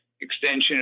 Extension